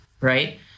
right